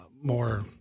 more